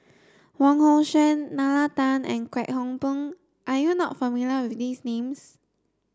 Wong Hong Suen Nalla Tan and Kwek Hong Png are you not familiar with these names